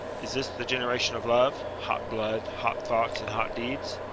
is this the generation of love hot blood, hot thoughts, and hot deeds?